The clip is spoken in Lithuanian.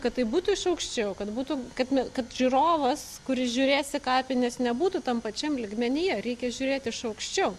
kad tai būtų iš aukščiau kad būtų kad kad žiūrovas kuris žiūrės į kapines nebūtų tam pačiam lygmenyje reikia žiūrėt iš aukščiau